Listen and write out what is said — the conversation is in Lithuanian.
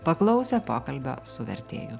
paklausę pokalbio su vertėju